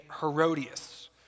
Herodias